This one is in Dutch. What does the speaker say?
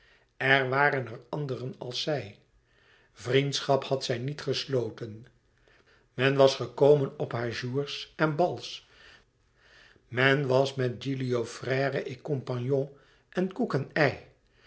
er waren er anderen als zij vriendschap had zij niet gesloten men was gekomen op haar jours en bals men was met gilio frère et champagne en koek en ei